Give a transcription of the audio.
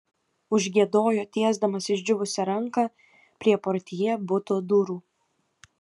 užgiedojo tiesdamas išdžiūvusią ranką prie portjė buto durų